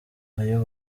ayo